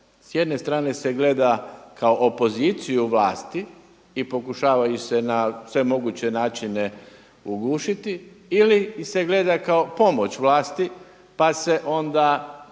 S jedne strane se gleda kao opoziciju vlasti i pokušavaju se na sve moguće načine ugušiti, ili ih se gleda kao pomoć vlasti pa se onda